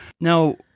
Now